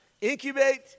incubate